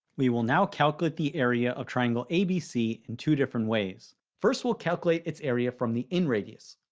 we will now calculate the area of triangle abc in two different ways. first, we'll calculate its area from the inradius.